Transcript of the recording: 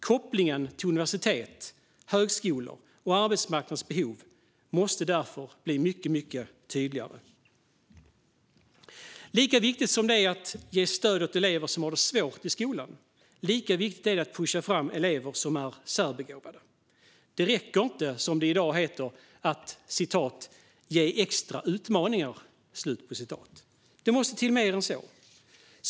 Kopplingen till universitet, högskolor och arbetsmarknadens behov måste därför bli mycket tydligare. Lika viktigt som det är att ge stöd åt elever som har det svårt i skolan, lika viktigt är det att pusha fram elever som är särbegåvade. Det räcker inte att som det i dag heter "ge extra utmaningar". Det måste till mer än så.